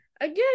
again